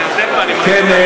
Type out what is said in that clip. כן,